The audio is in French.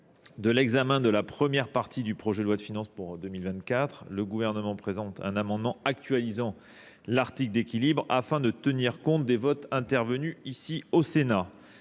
De l'examen de la première partie du projet de loi de finances pour 2024, le gouvernement présente un amendement actualisant l'article d'équilibre afin de tenir compte des votes intervenus ici au Sénat.